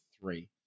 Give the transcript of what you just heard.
three